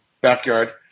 backyard